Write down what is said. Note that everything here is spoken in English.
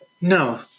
No